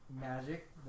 magic